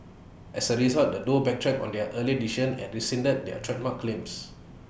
as A result the duo backtracked on their earlier decision and rescinded their trademark claims